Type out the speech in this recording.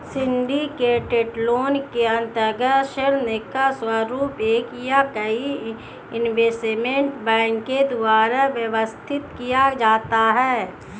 syndicated loan के अंतर्गत ऋण का स्वरूप एक या कई इन्वेस्टमेंट बैंक के द्वारा व्यवस्थित किया जाता है